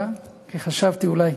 כי חשבתי אולי.